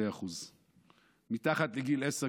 2%. מתחת לגיל 10,